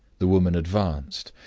the woman advanced,